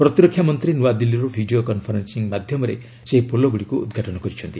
ପ୍ରତିରକ୍ଷା ମନ୍ତ୍ରୀ ନୂଆଦିଲ୍ଲୀରୁ ଭିଡ଼ିଓ କନ୍ଫରେନ୍ସିଂ ମାଧ୍ୟମରେ ସେହି ପୋଲଗୁଡ଼ିକୁ ଉଦ୍ଘାଟନ କରିଛନ୍ତି